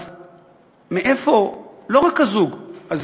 אז מאיפה לא רק הזוג הזה,